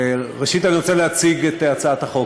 ראשית, אני רוצה להציג את הצעת החוק.